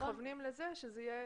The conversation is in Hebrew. מכוונים לכך שזה יהיה